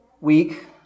week